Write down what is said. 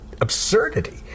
absurdity